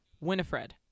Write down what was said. Winifred